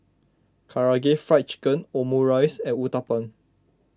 Karaage Fried Chicken Omurice and Uthapam